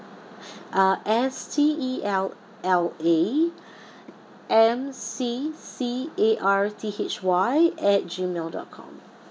uh S T E L L A M C C A R T H Y at G mail dot com